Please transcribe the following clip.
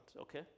okay